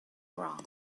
wrong